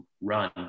run